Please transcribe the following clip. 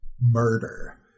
murder